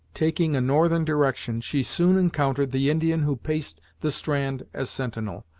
taking a northern direction, she soon encountered the indian who paced the strand as sentinel.